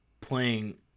playing